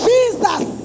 Jesus